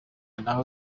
naho